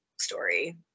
story